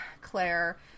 Claire